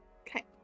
Okay